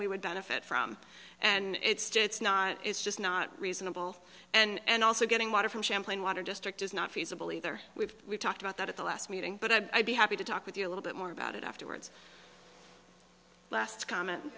we would benefit from and it's just it's not it's just not reasonable and also getting water from champlain water district is not feasible either we've we've talked about that at the last meeting but i'd be happy to talk with you a little bit more about it afterwards last comment